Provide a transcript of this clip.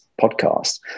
podcast